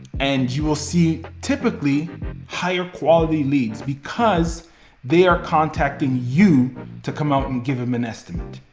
and you will see typically higher quality leads, because they are contacting you to come out and give them an estimate.